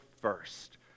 first